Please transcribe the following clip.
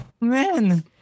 Man